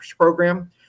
program